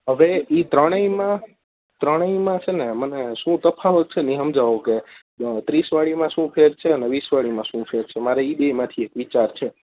હવે એ ત્રણેયમાં ત્રણેયમાં છે ને મને શું તફાવત છે ને એ સમજાવો કે જો ત્રીસવાળીમાં શું ફેર છે અને વીસવાળીમાં શું ફેર છે મારે એ બેયમાંથી એક વિચાર છે